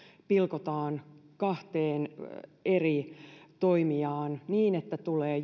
pilkotaan kahteen eri toimijaan niin että tulee